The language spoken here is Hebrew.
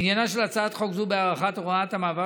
עניינה של הצעת חוק זו בהארכת הוראת המעבר